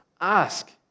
Ask